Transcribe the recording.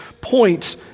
point